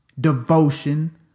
devotion